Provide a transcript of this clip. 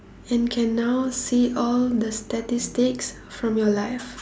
and can now see all the statistics from your life